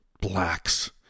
blacks